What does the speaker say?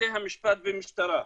בתי המשפט במשטרה.